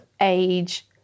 age